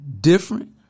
different